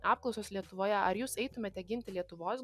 apklausos lietuvoje ar jūs eitumėte ginti lietuvos